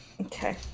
Okay